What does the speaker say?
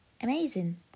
Amazing